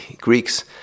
Greeks